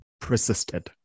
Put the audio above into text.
persisted